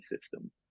system